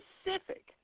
specific